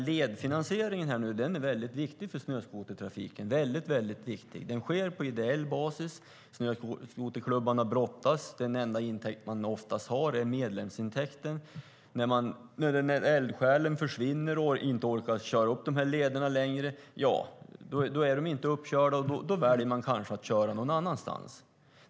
Ledfinansieringen är väldigt viktig för snöskotertrafiken. Den sker på ideell basis. Snöskoterklubbarna brottas - oftast är medlemsintäkten den enda intäkt man har. När eldsjälen försvinner och inte orkar köra upp lederna längre blir de inte uppkörda, och då väljer man kanske att köra någon annanstans.